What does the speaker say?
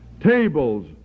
tables